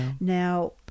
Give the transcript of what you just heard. Now